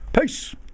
Peace